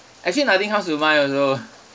actually nothing comes to mind also